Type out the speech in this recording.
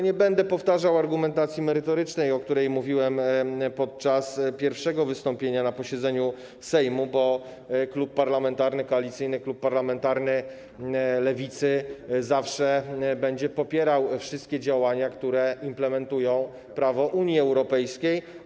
Nie będę powtarzał argumentacji merytorycznej, o której mówiłem podczas pierwszego wystąpienia na posiedzeniu Sejmu, bo Koalicyjny Klub Parlamentarny Lewicy zawsze będzie popierał wszystkie działania, które implementują prawo Unii Europejskiej.